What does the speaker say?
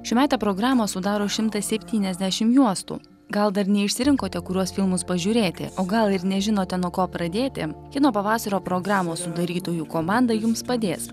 šiųmetę programą sudaro šimtas septyniasdešimt juostų gal dar neišsirinkote kuriuos filmus pažiūrėti o gal ir nežinote nuo ko pradėti kino pavasario programos sudarytojų komanda jums padės